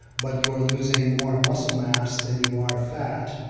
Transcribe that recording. but you are losing more muscle mass than you are fat.